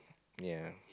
ya